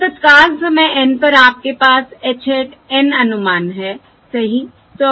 तो तत्काल समय N पर आपके पास h hat N अनुमान है सही